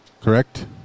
correct